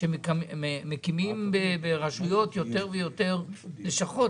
שמקימים ברשויות יותר ויותר לשכות.